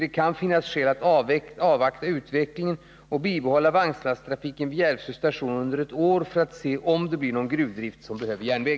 Det kan finnas skäl att avvakta utvecklingen och bibehålla vagnlasttrafiken vid Järvsö station under ett år för att se om det blir någon gruvdrift som behöver järnväg.